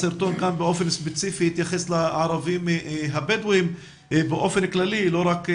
הסרטון כאן באופן ספציפי התייחס לערבים-הבדואים באופן כללי לא רק בנגב,